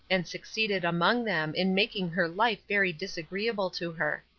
and succeeded among them in making her life very disagreeable to her.